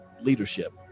leadership